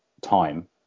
time